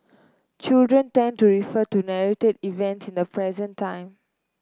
children tend to refer to narrated events in the present time